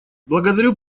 благодарю